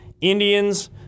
Indians